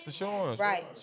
Right